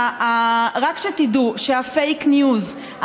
רק שתדעו שהפייק ניוז,